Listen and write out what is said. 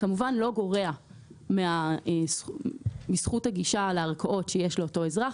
את זכות הדיבור לעורך דין יוסי יעקובי מלשכת עורכי הדין